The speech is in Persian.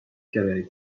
کرایه